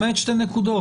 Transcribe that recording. למעט שתי נקודות,